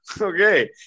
okay